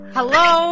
Hello